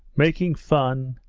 making fun?